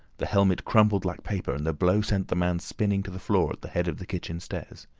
the helmet crumpled like paper, and the blow sent the man spinning to the floor at the head of the kitchen stairs.